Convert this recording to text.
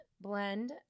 blend